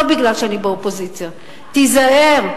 לא כי אני באופוזיציה: תיזהר.